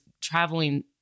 traveling